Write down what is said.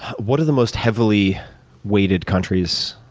what are the most heavily weighted countries,